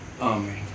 Amen